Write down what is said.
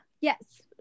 Yes